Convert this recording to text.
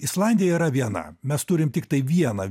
islandija yra viena mes turim tiktai vieną